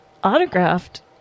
autographed